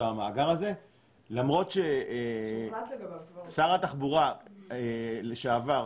במאגר הזה למרות ששר התחבורה לשעבר,